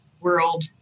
world